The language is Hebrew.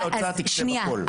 משרד האוצר תקצב הכול.